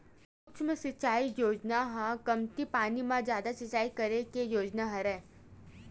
सुक्ष्म सिचई योजना ह कमती पानी म जादा सिचई करे के योजना हरय